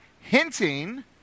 hinting